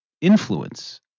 influence